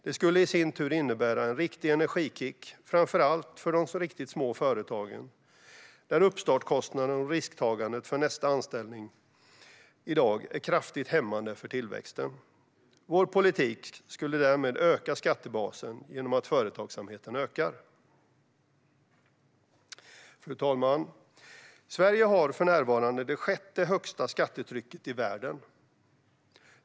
Det skulle i sin tur innebära en riktig energikick, framför allt för de riktigt små företagen där uppstartskostnaden och risktagandet för nästa anställning i dag är kraftigt hämmande för tillväxten. Vår politik skulle därmed öka skattebasen genom att företagsamheten ökar. Fru talman! Sverige har för närvarande det sjätte högsta skattetrycket i världen.